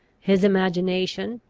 his imagination,